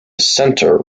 center